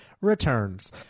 returns